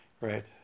right